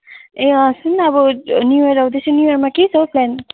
ए अँ सुन न अब न्यू इयर आउँदैछ न्यू इयरमा के छ हौ प्लान